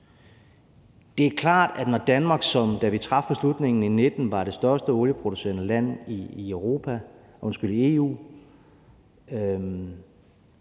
Det er klart, at når vi i Danmark, som, da vi traf beslutningen i 2019, var det største olieproducerende land i EU,